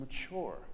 mature